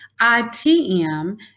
ITM